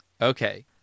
Okay